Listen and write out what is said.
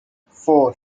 four